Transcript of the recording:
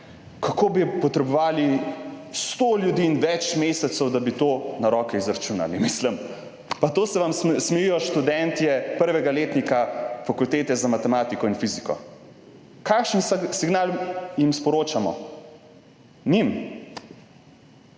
kako bi potrebovali 100 ljudi in več mesecev, da bi to na roke izračunali, mislim pa to se vam smejijo študentje prvega letnika Fakultete za matematiko in fiziko. Kakšen signal jim sporočamo, njim.